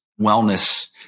wellness